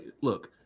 Look